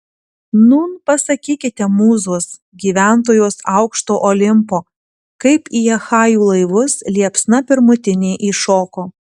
nūn pasakykite mūzos gyventojos aukšto olimpo kaip į achajų laivus liepsna pirmutinė įšoko